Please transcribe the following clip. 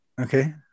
okay